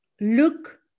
look